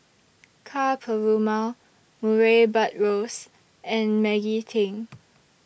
Ka Perumal Murray Buttrose and Maggie Teng